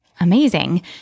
amazing